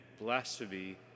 blasphemy